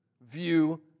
view